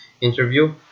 interview